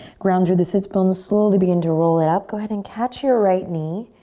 ground through the sits bones. slowly begin to roll it up. go ahead and catch your right knee.